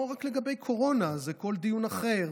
אגב, זה לא רק לגבי קורונה, זה כל דיון אחר.